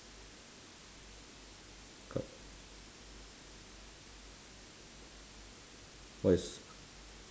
what is